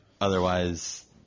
Otherwise